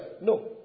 No